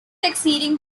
exceeding